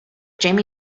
jamie